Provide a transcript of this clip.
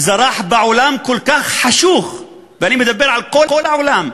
זרחה בעולם כל כך חשוך, ואני מדבר על כל העולם,